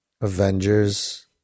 Avengers